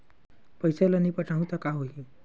पईसा ल नई पटाहूँ का होही?